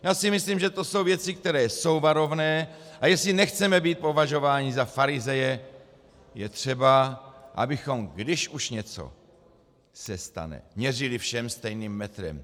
Já si myslím, že to jsou věci, které jsou varovné, a jestli nechceme být považováni za farizeje, je třeba, abychom, když už něco se stane, měřili všem stejným metrem.